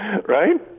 Right